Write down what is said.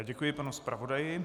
Děkuji panu zpravodaji.